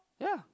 ya